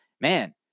man